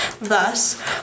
Thus